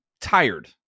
tired